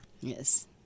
Yes